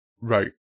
Right